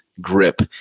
grip